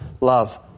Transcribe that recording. love